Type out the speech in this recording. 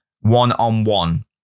one-on-one